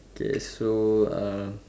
okay so